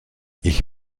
ich